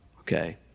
Okay